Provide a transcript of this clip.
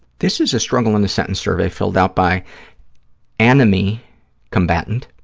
this is a struggle in a sentence survey filled out by anomie combatant,